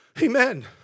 Amen